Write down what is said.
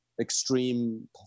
Extreme